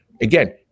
again